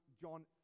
John